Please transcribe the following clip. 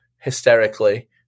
hysterically